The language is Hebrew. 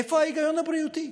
איפה ההיגיון הבריאותי?